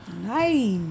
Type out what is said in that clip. Nice